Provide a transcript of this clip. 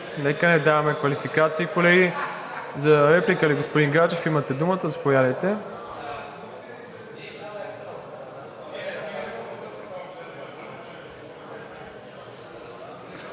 Нека не даваме квалификации, колеги. За реплика ли, господин Гаджев? Имате думата, заповядайте.